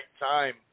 time